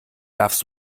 darfst